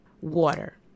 water